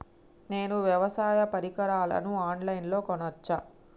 నేను వ్యవసాయ పరికరాలను ఆన్ లైన్ లో కొనచ్చా?